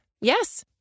Yes